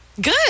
Good